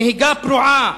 נהיגה פרועה,